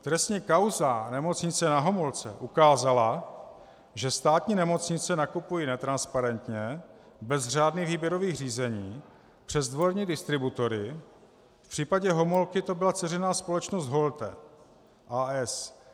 Trestní kauza Nemocnice Na Homolce ukázala, že státní nemocnice nakupují netransparentně, bez řádných výběrových řízení přes dvorní distributory, v případě Homolky to byla dceřiná společnost Holte, a. s.